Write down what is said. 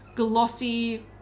Glossy